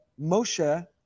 Moshe